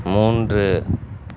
மூன்று